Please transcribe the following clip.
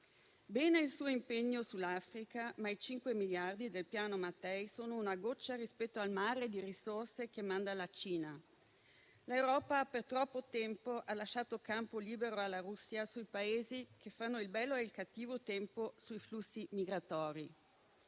bene il suo impegno sull'Africa, ma i cinque miliardi del Piano Mattei sono una goccia rispetto al mare di risorse che manda la Cina. L'Europa per troppo tempo ha lasciato campo libero alla Russia su Paesi che fanno il bello e il cattivo tempo sui flussi migratori.